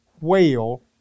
whale